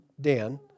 Dan